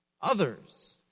others